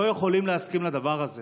לא יכולים להסכים לדבר הזה,